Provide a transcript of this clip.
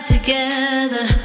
together